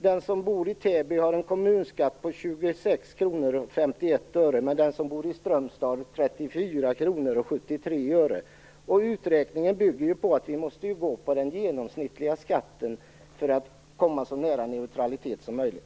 Den som bor i Täby har en kommunskatt på 26:51 kr, medan den som bor i Strömstad har en kommunskatt på 34:73 kr. Uträkningen bygger ju på den genomsnittliga skatten för att vi skall komma så nära neutralitet som möjligt.